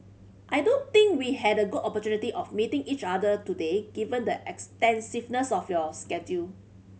I do think we had a good opportunity of meeting each other today given the extensiveness of your schedule